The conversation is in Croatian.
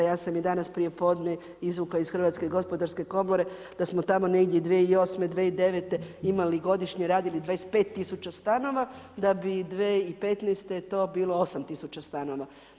Ja sam i danas prije podne izvukla iz Hrvatske gospodarske komore da smo tamo negdje 2008., 2009. imali godišnje, radili 25000 stanova da bi 2015. to bilo 8000 stanova.